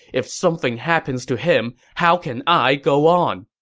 if something happens to him, how can i go on!